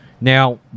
Now